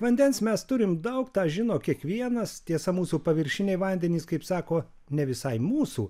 vandens mes turim daug tą žino kiekvienas tiesa mūsų paviršiniai vandenys kaip sako ne visai mūsų